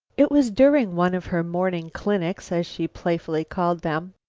it was during one of her morning clinics, as she playfully called them,